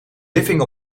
living